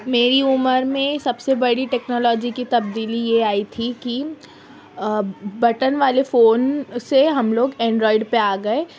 میری عمر میں سب سے بڑی ٹیکنالوجی کی تبدیلی یہ آئی تھی کہ بٹن والے فون سے ہم لوگ اینڈرائڈ پہ آ گئے